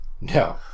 No